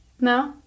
No